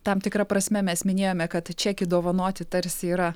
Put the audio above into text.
tam tikra prasme mes minėjome kad čekį dovanoti tarsi yra